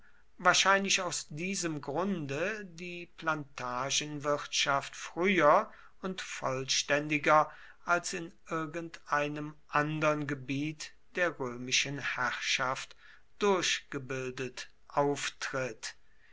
wahrscheinlich aus diesem grunde die plantagenwirtschaft früher und vollständiger als in irgendeinem anderen gebiet der römischen herrschaft durchgebildet auftritt